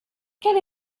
quelle